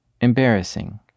Embarrassing